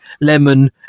Lemon